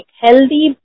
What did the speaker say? healthy